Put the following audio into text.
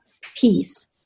peace